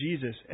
Jesus